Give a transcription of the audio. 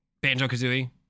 Banjo-Kazooie